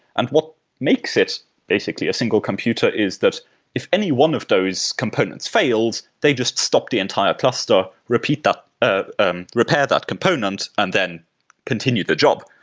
and what makes it basically a single computer is that if any one of those components fails, they just stop the entire cluster, repair that ah um repair that component and then continue the job.